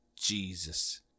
jesus